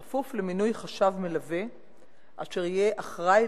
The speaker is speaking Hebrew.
בכפוף למינוי חשב מלווה אשר יהיה אחראי